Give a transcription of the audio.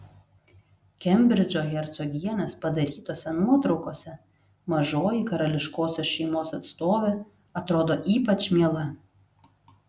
kembridžo hercogienės padarytose nuotraukose mažoji karališkosios šeimos atstovė atrodo ypač miela